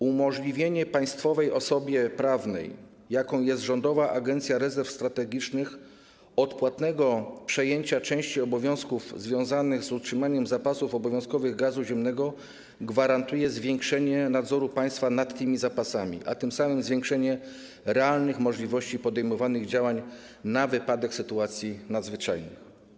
Umożliwienie państwowej osobie prawnej, jaką jest Rządowa Agencja Rezerw Strategicznych, odpłatnego przejęcia części obowiązków związanych z utrzymywaniem zapasów obowiązkowych gazu ziemnego gwarantuje zwiększenie nadzoru państwa nad tymi zapasami, a tym samym zwiększenie realnych możliwości podejmowania działań na wypadek sytuacji nadzwyczajnych.